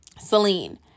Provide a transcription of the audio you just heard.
Celine